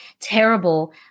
terrible